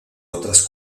otras